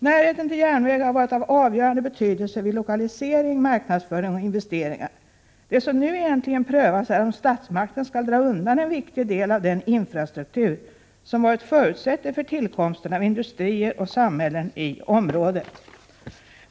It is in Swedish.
Närheten till järnväg har varit av avgörande betydelse vid lokalisering, marknadsföring och investeringar. Det som nu egentligen prövas är om statsmakten skall dra undan en viktig del av den infrastruktur som har varit förutsättningen för tillkomsten av industrier och samhällen i området.